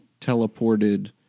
teleported